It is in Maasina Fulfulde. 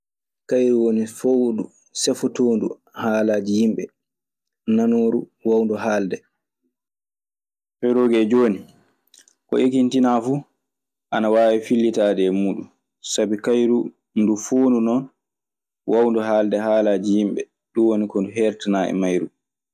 Kayru woni foondu sefotoondu haalaaji yimɓe, nanooru woowndu haalde. Perooke jooni, ko ekintinaa fu ana waawi fillitaade e muuɗun. Sabi kayru ndu foondu non woowndu haalde haalaaji yimɓe. Ɗun woni ko ndu heertanaa e mayru.